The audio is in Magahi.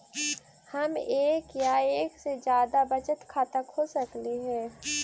हम एक या एक से जादा बचत खाता खोल सकली हे?